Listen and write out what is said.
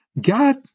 God